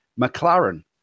McLaren